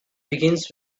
begins